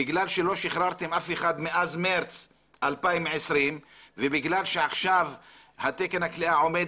בגלל שלא שחררתם אף אחד מאז מרץ 2020 ובגלל שעכשיו תקן הכליאה עומד